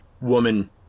woman